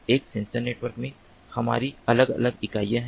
एक sensor network में हमारी अलग अलग इकाइयाँ हैं